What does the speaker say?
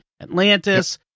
atlantis